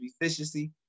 efficiency